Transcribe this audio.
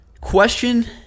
Question